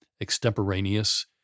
extemporaneous